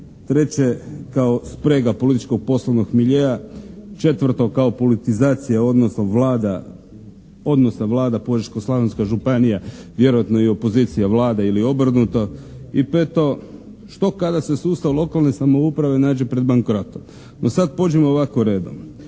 treće kao sprega političko-poslovnog miljea, četvrto kao politizacija odnosa Vlada Požeško-slavonska županija vjerojatno i opozicija Vlade ili obrnuto i peto, što kada se sustav lokalne samouprave nađe pred bankrotom. No sad pođimo ovako redom.